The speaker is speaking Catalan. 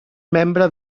membre